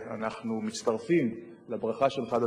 אנחנו מצטרפים לברכה שלך,